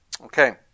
Okay